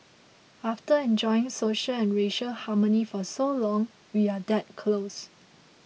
after enjoying social and racial harmony for so long we are that close